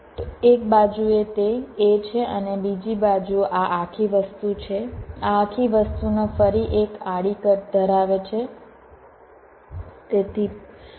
તો એક બાજુ તે A છે અને બીજી બાજુ આ આખી વસ્તુ છે આ આખી વસ્તુઓ ફરી એક આડી કટ ધરાવે છે તેથી પ્લસ B અને C